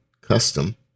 custom